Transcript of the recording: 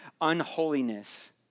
unholiness